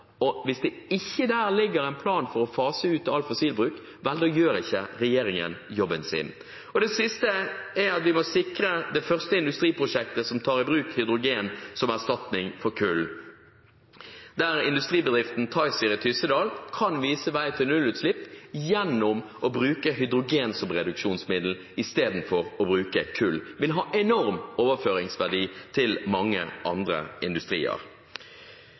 morgen. Hvis det ikke der ligger en plan for å fase ut all fossilbruk, vel, da gjør ikke regjeringen jobben sin. Vi må sikre det første industriprosjektet som tar i bruk hydrogen som erstatning for kull. Industribedriften Tizir i Tyssedal kan vise vei til nullutslipp gjennom å bruke hydrogen som reduksjonsmiddel i stedet for kull. Det vil ha en enorm overføringsverdi til mange andre industrier.